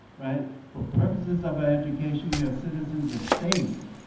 for purposes of our education we are citizens of states,